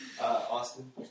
Austin